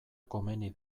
komeni